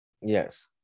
Yes